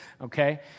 okay